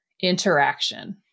interaction